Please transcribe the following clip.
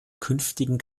künftigen